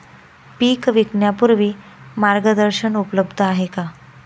पीक विकण्यापूर्वी मार्गदर्शन उपलब्ध आहे का?